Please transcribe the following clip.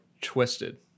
twisted